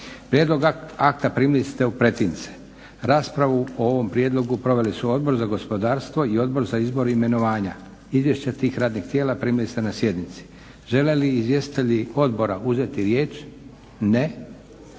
Prijedloge akta primili ste u pretince. Raspravu o ovom prijedlogu proveli su Odbor za gospodarstvo i Odbor za izbor i imenovanja. Izvješća tih radnih tijela primili ste na sjednici. Žele li izvjestitelji odbora uzeti riječ? Ne.